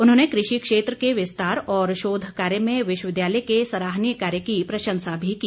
उन्होंने कृषि क्षेत्र के विस्तार और शोध कार्य में विश्वविद्यालय के सराहनीय कार्य की प्रशंसा भी की